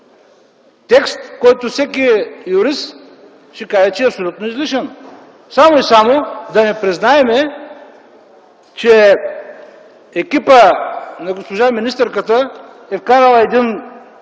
текст, който всеки юрист ще каже, че е абсолютно излишен, само и само да не признаем, че екипът на госпожа министърката е вкарал